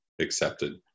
accepted